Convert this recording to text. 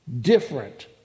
different